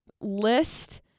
list